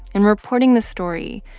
in reporting this story,